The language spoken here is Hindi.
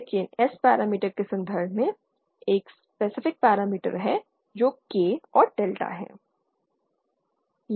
लेकिन S पैरामीटर के संदर्भ में एक स्पेसिफिक पैरामीटर है जो K और डेल्टा है